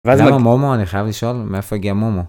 מומו אני חייב לשאול מאיפה הגיע מומו.